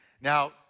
Now